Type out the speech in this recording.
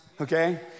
Okay